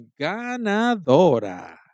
Ganadora